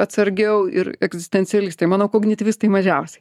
atsargiau ir egzistencialistai manau kognityvistai mažiausiai